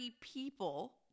people